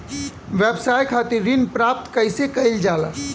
व्यवसाय खातिर ऋण प्राप्त कइसे कइल जाला?